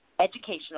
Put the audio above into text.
educational